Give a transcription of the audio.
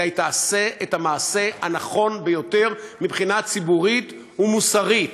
אלא היא תעשה את המעשה הנכון ביותר מבחינה ציבורית ומוסרית,